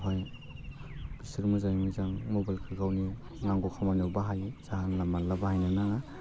बेवहाय बिसोर मोजाङै मोजां मबाइलखो गावनि नांगौ खामानियाव बाहायो जानला मानला बाहायनो नाङा